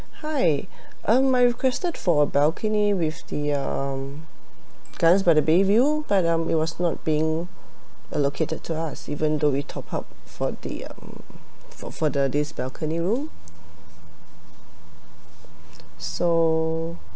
hi um my requested for balcony with the um gardens by the bay view but um it was not being uh allocated to us even though we top up for the um for for the this balcony room so